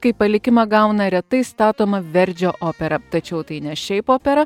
kaip palikimą gauna retai statoma verdžio opera tačiau tai ne šiaip opera